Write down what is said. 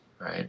right